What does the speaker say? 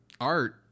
art